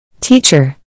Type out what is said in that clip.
Teacher